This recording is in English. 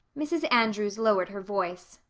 mrs. andrews lowered her voice.